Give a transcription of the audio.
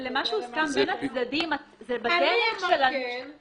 מה שהוסכם בין הצדדים מתייחס לדרך